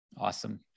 awesome